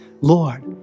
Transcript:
Lord